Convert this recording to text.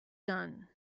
done